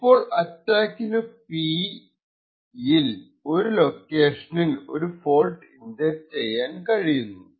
ഇപ്പോൾ അറ്റാക്കറിനു P ൽ ഒരു ലൊക്കേഷനിൽ ഒരു ഫോൾട്ട് ഇൻജെക്ട് ചെയ്യാൻ കഴിയുന്നു